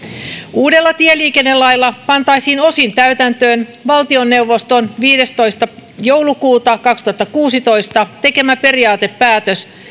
uudella tieliikennelailla pantaisiin osin täytäntöön valtioneuvoston viidestoista joulukuuta kaksituhattakuusitoista tekemä periaatepäätös